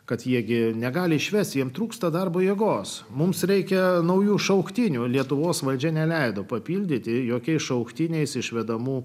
kad jie gi negali išvesti jiems trūksta darbo jėgos mums reikia naujų šauktinių lietuvos valdžia neleido papildyti jokiais šauktiniais išvedamų